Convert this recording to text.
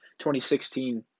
2016